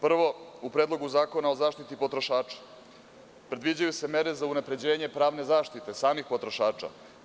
Prvo, u Predlogu zakona o zaštiti potrošača predviđaju se mere za unapređenje pravne zaštite samih potrošača.